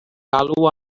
galw